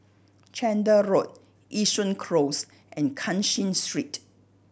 Chander Road Yishun Close and Cashin Street